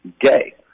gay